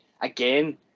again